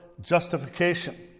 justification